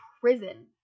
prison